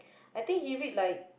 I think he read like